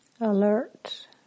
alert